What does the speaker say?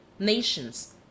Nations